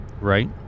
Right